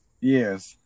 Yes